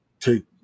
take